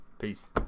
Peace